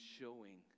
showing